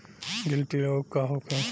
गिल्टी रोग का होखे?